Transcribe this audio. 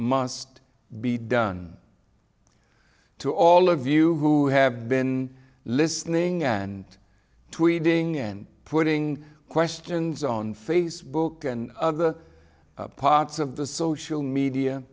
must be done to all of you who have been listening and tweeting and putting questions on facebook and other parts of the social media